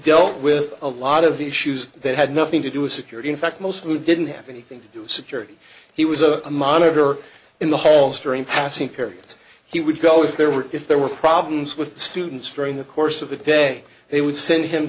dealt with a lot of issues that had nothing to do with security in fact most who didn't have anything to do security he was a monitor in the halls during passing periods he would go if there were if there were problems with students during the course of the day they would send him